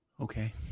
Okay